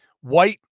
white